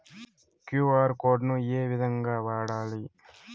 QR code ను ఏ విధంగా వాడాలి?